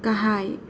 गाहाय